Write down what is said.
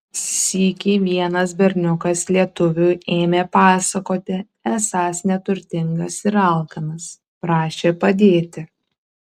sykį vienas berniukas lietuviui ėmė pasakoti esąs neturtingas ir alkanas prašė padėti